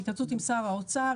בהתייעצות עם שר האוצר,